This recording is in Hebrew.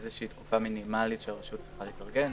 זה איזה תקופה מינימלית שרשות צריכה להתארגן,